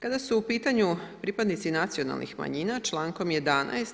Kada su u pitanju pripadnici nacionalnih manjina člankom 11.